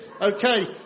Okay